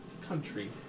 country